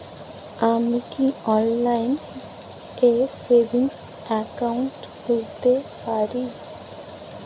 আমি কি অনলাইন এ সেভিংস অ্যাকাউন্ট খুলতে পারি?